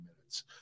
minutes